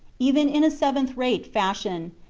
even in a seventh-rate fashion,